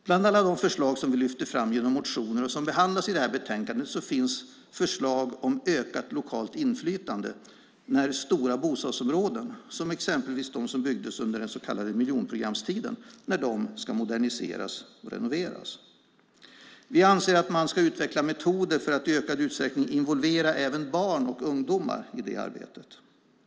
Bland alla de förslag som vi lyfter fram genom motioner och som behandlas i det här betänkande finns förslag på ökat lokalt inflytande när stora bostadsområden, som exempelvis de som byggdes under den så kallade miljonprogramstiden, ska moderniseras och renoveras. Vi anser att man ska utveckla metoder för att i ökad utsträckning involvera även barn och ungdomar i det arbetet.